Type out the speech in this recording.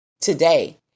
today